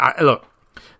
look